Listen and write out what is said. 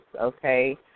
okay